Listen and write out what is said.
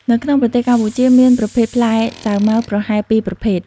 នៅក្នុងប្រទេសកម្ពុជាមានប្រភេទផ្លែសាវម៉ាវប្រហែល ២ ប្រភេទ